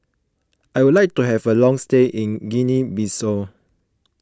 I would like to have a long stay in Guinea Bissau